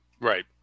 Right